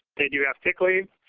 they do have sick leave.